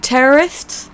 Terrorists